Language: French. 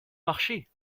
marché